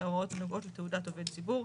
ההוראות הנוגעות לתעודת עובד ציבור.